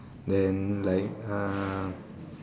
then like uh